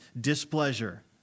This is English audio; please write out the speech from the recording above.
displeasure